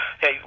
hey